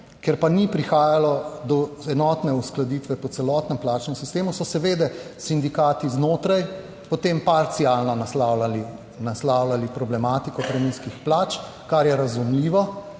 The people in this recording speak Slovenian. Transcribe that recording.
ker pa ni prihajalo do enotne uskladitve po celotnem plačnem sistemu, so seveda sindikati znotraj potem parcialno naslavljali, naslavljali problematiko prenizkih plač, kar je razumljivo.